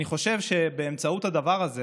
אני חושב שבאמצעות הדבר הזה